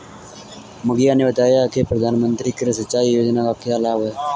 मुखिया ने बताया कि प्रधानमंत्री कृषि सिंचाई योजना का क्या लाभ है?